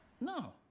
No